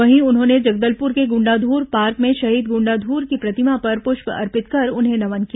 वहीं उन्होंने जगदलपुर के गुंडाधूर पार्क में शहीद गुंडाधूर की प्रतिमा पर पुष्प अर्पित कर उन्हें नमन किया